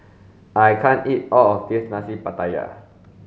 I can't eat all of this nasi pattaya